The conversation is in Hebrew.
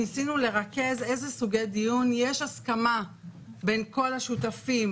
ניסינו לרכז באיזה סוגי דיון יש הסכמה בין כל השותפים